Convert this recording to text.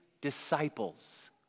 disciples